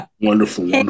Wonderful